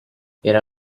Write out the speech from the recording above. era